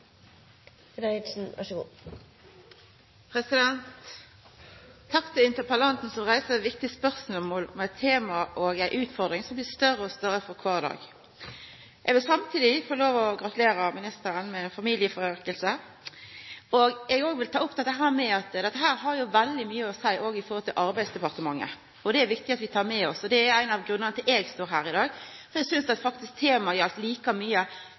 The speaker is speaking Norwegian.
ei utfordring som blir større og større for kvar dag. Eg vil samtidig få lov å gratulera ministeren med familieauken. Også eg vil ta opp at dette har veldig mykje å gjera med Arbeidsdepartementet. Det er det viktig at vi tek med oss. Det er òg ein av grunnane til at eg står her i dag. Eg synest faktisk at temaet som vi diskuterer her, gjeld like